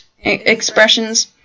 expressions